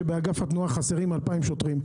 באגף התנועה חסרים 2,000 שוטרים,